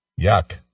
Yuck